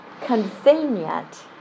convenient